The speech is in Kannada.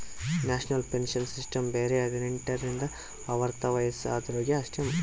ನ್ಯಾಷನಲ್ ಪೆನ್ಶನ್ ಸಿಸ್ಟಮ್ ಬರೆ ಹದಿನೆಂಟ ರಿಂದ ಅರ್ವತ್ ವಯಸ್ಸ ಆದ್ವರಿಗ್ ಅಷ್ಟೇ ಮಾಡ್ಲಕ್ ಬರ್ತುದ್